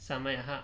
समयः